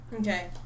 Okay